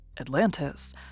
Atlantis